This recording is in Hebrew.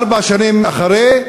ארבע שנים אחרי,